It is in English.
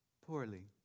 poorly